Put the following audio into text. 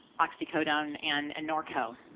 oxycodone and norco.